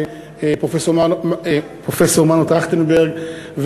פרופסור מנו טרכטנברג,